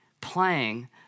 playing